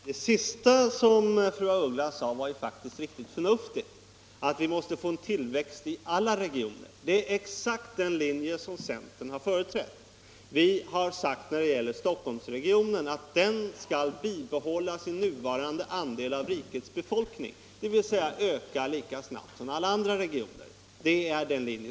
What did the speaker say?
Fru talman! Det sista som fru af Ugglas sade om att vi måste få tillväxt i alla regioner var faktiskt riktigt förnuftigt. Det är exakt den linje som centern har företrätt. Vi har sagt beträffande Stockholmsregionen att den skall bibehålla sin nuvarande andel av rikets befolkning, dvs. öka lika snabbt som alla andra regioner.